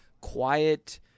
quiet